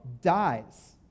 dies